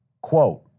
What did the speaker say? quote